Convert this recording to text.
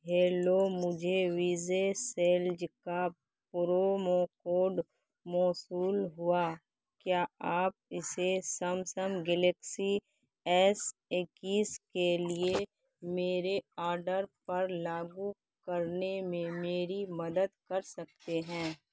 hello مجھے Vijay sales کا promo code موصول ہوا کیا آپ اسے سمسنگ گلیکسی ایس اکیس کے لیے میرے آرڈر پر لاگو کرنے میں میری مدد کر سکتے ہیں